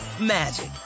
magic